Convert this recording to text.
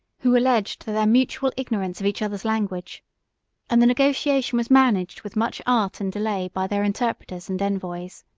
who alleged their mutual ignorance of each other's language and the negotiation was managed with much art and delay by their interpreters and envoys.